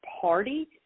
party